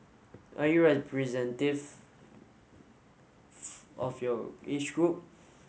are you of your age group